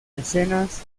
mecenas